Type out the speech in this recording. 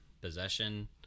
Possession